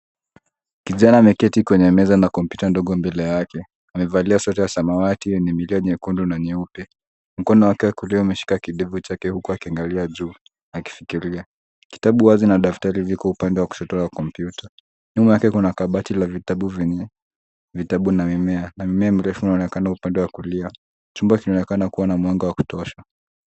Kijana ameketi kwenye meza na kompyuta ndogo mbele yake. Amevalia sweta ya samawati yenye milia nyekundu na nyeupe. Mkono wake wa kulia umeshika kidevu chake huku akiangalia juu akifikiria. Kitabu wazi na daftari ziko upande wa kushoto wa kompyuta. Nyuma yake kuna kabati la vitabu lenye vitabu na mimea na mmea mrefu unaonekana upande wa kulia. Chumba kinaonekana kuwa na mwanga wa kutosha.